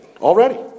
Already